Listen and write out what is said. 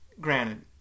Granted